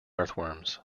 earthworms